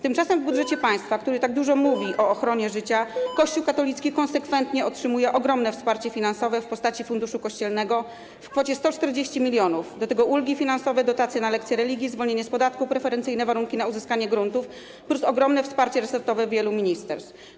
Tymczasem w budżecie państwa, który tak dużo mówi o ochronie życia, Kościół katolicki konsekwentnie otrzymuje ogromne wsparcie finansowe w postaci Funduszu Kościelnego, w kwocie 140 mln, do tego ulgi finansowe, dotacje na lekcje religii, zwolnienie z podatku, preferencyjne warunki w zakresie uzyskania gruntów plus ogromne wsparcie resortowe wielu ministerstw.